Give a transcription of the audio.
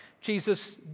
Jesus